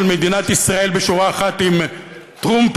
מדינת ישראל בשורה אחת עם טרומפלדור,